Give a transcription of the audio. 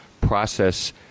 process